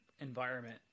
environment